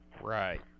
Right